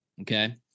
Okay